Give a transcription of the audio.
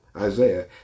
Isaiah